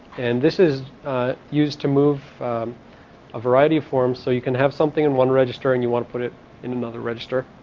and this is used to move a variety of form so you can have something in one register and you want to put it in another register.